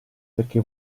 perché